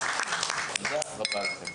תודה רבה לכן.